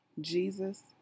Jesus